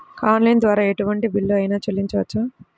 Online ద్వారా ఎటువంటి bill అయినా చెల్లించవచ్చా?